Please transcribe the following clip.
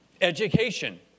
education